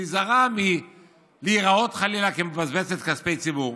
נזהרה מלהיראות חלילה כמבזבזת כספי ציבור.